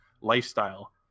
lifestyle